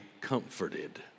comforted